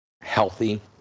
healthy